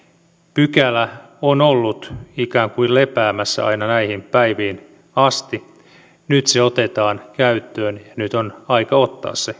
pykälä on ollut ikään kuin lepäämässä aina näihin päiviin asti nyt se otetaan käyttöön ja nyt on aika ottaa se